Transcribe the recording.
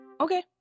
Okay